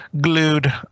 glued